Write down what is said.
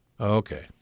Okay